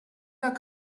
pas